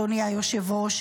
אדוני היושב-ראש,